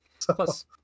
Plus